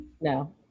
No